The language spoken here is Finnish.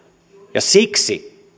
ja siksi